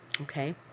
Okay